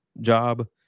job